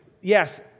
yes